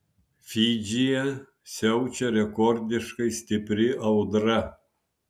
fidžyje siaučia rekordiškai stipri audra